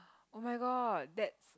oh-my-god that's